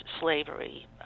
slavery